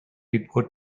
report